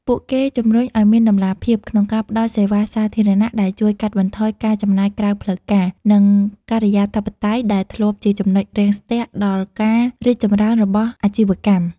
ពួកគេជម្រុញឱ្យមានតម្លាភាពក្នុងការផ្ដល់សេវាសាធារណៈ ដែលជួយកាត់បន្ថយការចំណាយក្រៅផ្លូវការ និងការិយាធិបតេយ្យដែលធ្លាប់ជាចំណុចរាំងស្ទះដល់ការរីកចម្រើនរបស់អាជីវកម្ម។